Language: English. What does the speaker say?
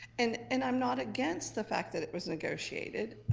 and and i'm not against the fact that it was negotiated,